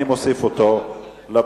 אני מוסיף אותו לפרוטוקול.